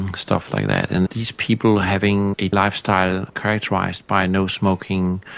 and stuff like that. and these people having a lifestyle characterised by no smoking,